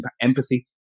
empathy